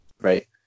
right